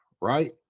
right